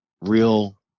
real